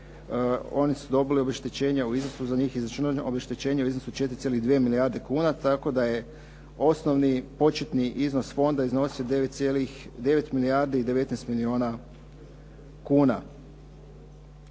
oni su dobili obeštećenje u iznosu za njih izračunatih obeštećenja u iznosu 4,2 milijarde kuna tako da je osnovni početni iznos fonda iznosio 9 milijardi i 19 milijuna kuna.